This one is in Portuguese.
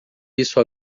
isso